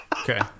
okay